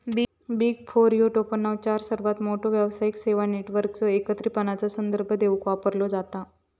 big four ह्यो टोपणनाव चार सर्वात मोठ्यो व्यावसायिक सेवा नेटवर्कचो एकत्रितपणान संदर्भ देवूक वापरलो जाता